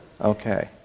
Okay